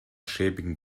schäbigen